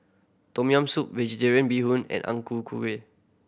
Tom Yam Soup Vegetarian Bee Hoon and Ang Ku Kueh